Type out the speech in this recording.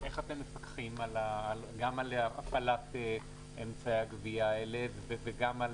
איך אתם מפקחים על הפעלת אמצעי גבייה אלו וגם על